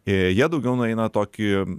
jie daugiau nueina tokį